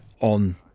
on